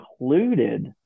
included